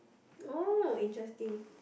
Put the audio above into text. oh interesting